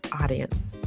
audience